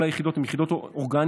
כל היחידות הן יחידות אורגניות,